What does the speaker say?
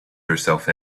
yourself